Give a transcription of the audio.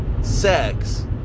sex